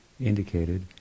indicated